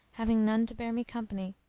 having none to bear me company.